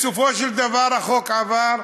בסופו של דבר החוק עבר.